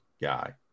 guy